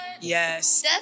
Yes